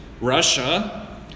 Russia